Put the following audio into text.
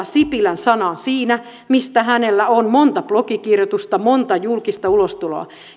sipilän sanaan siinä mistä hänellä on monta blogikirjoitusta monta julkista ulostuloa